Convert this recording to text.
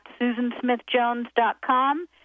susansmithjones.com